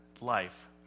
life